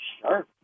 Sure